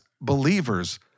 believers